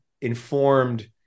informed